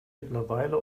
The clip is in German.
mittlerweile